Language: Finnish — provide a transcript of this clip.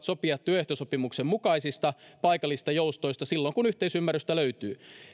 sopia työehtosopimuksen mukaisista paikallisista joustoista silloin kun yhteisymmärrystä löytyy